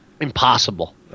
Impossible